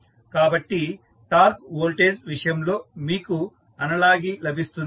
కాబట్టి torque voltage విషయంలో మీకు అనాలజీ లభిస్తుంది